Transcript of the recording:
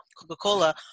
coca-cola